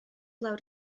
lawr